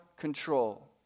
control